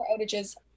outages